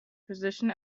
position